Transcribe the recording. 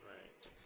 Right